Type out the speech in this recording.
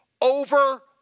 over